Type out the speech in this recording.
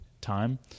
time